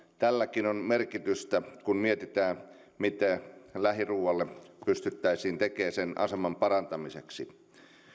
tälläkin on merkitystä kun mietitään mitä lähiruualle pystyttäisiin tekemään sen aseman parantamiseksi